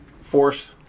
force